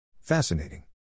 Fascinating